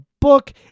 book